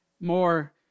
more